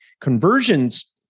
Conversions